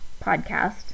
podcast